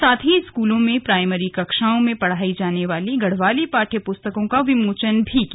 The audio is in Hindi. साथ ही स्कूलों में प्राइमरी कक्षाओं में पढाये जाने वाले गढ़वाली पाठ्य पुस्तकों का विमोचन भी किया